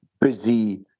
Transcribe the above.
busy